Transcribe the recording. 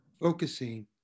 focusing